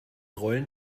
rollen